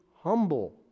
humble